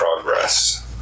progress